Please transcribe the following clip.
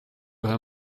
her